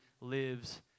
lives